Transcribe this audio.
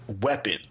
weapon